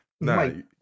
No